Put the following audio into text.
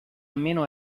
almeno